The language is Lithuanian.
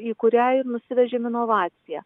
į kurią ir nusivežėm inovaciją